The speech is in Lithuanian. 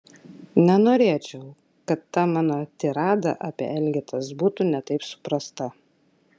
nenorėčiau kad ta mano tirada apie elgetas būtų ne taip suprasta